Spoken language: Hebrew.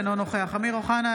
אינו נוכח אמיר אוחנה,